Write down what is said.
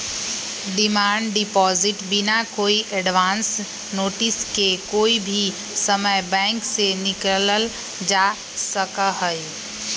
demand deposit बिना कोई advance notice के कोई भी समय बैंक से निकाल्ल जा सका हई